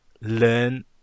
learn